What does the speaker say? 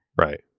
right